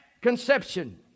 conception